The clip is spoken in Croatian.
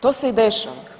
To se i dešava.